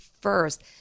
first